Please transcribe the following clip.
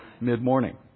mid-morning